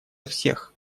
всех